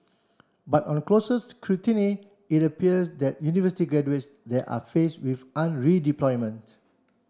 but on closer scrutiny it appears that university graduates there are face with underemployment